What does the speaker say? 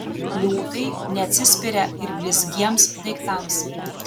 liūtai neatsispiria ir blizgiems daiktams